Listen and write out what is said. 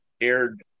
aired